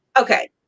Okay